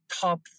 top